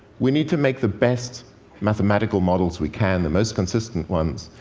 we need to make the best mathematical models we can, the most consistent ones.